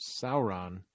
Sauron